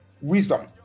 Wisdom